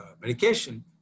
medication